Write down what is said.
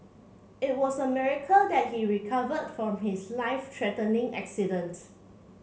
it was a miracle that he recovered from his life threatening accident